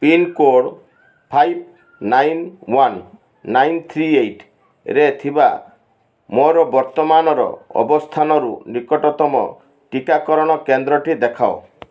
pincode five nine one nine three ଏଇଟ୍ରେ ଥିବା ମୋର ବର୍ତ୍ତମାନର ଅବସ୍ଥାନରୁ ନିକଟତମ ଟିକାକରଣ କେନ୍ଦ୍ରଟି ଦେଖାଅ